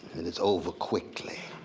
and it's over quickly,